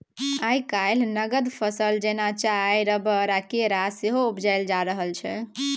आइ काल्हि नगद फसल जेना चाय, रबर आ केरा सेहो उपजाएल जा रहल छै